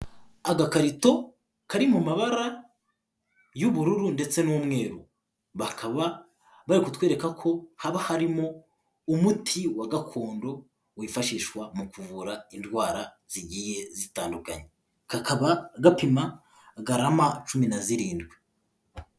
Agakarito kari mu mabara y'ubururu ndetse n'umweru, bakaba bari kutwereka ko haba harimo umuti wa gakondo wifashishwa mu kuvura indwara zigiye zitandukanye kakaba gapima garama cumi na zirindwi.